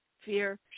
fear